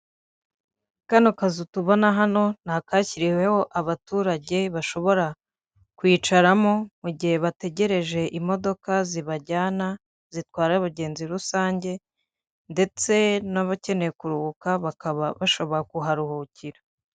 Kano kazu tubona hano ni akashyiriweho abaturage bashobora kwicaramo mu gihe bategereje imodoka zibajyana zitwara abagenzi rusange ndetse n'abakeneye kuruhuka bakaba bashobora kuharuhukira.